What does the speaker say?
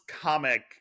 comic